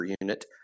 unit